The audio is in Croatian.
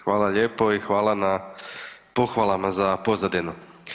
Hvala lijepo i hvala na pohvalama za pozadinu.